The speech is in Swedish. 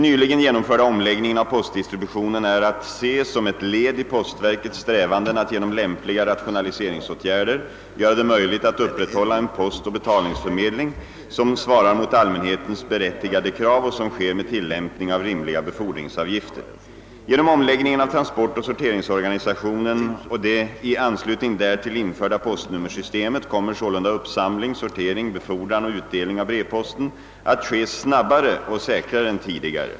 ningen av postdistributionen är att se som ett led i postverkets strävanden att genom lämpliga rationaliseringsåtgärder göra det möjligt att upprätthålla en postoch betalningsförmedling, som svarar mot allmänhetens berättigade krav och som sker med tillämpning av rimliga befordringsavgifter. Genom omläggningen av transportoch sorteringsorganisationen och det i anslutning därtill införda postnummersystemet kommer sålunda uppsamling, sortering, befordran och utdelning av brevposten att ske snabbare och säkrare än tidigare.